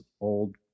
old